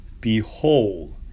Behold